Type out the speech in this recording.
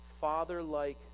Father-like